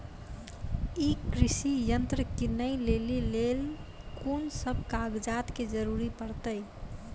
ई कृषि यंत्र किनै लेली लेल कून सब कागजात के जरूरी परतै?